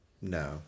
No